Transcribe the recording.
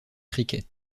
cricket